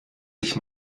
sich